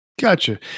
Gotcha